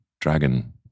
Dragon